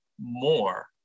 more